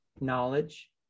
knowledge